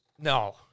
no